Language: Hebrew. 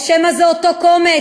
או שמא זה אותו קומץ